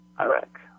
Iraq